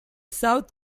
south